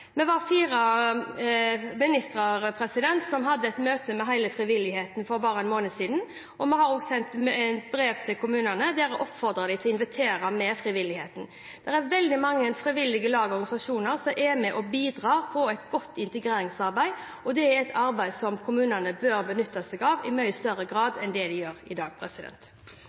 Vi var fire ministre som hadde et møte med hele frivilligheten for bare én måned siden, og vi har også sendt brev til kommunene hvor vi oppfordrer dem til å invitere med frivilligheten. Det er veldig mange frivillige lag og organisasjoner som er med og bidrar til et godt integreringsarbeid, og det er et arbeid som kommunene bør benytte seg av i mye større grad